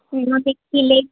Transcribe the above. ନ ଦେଖିଲେ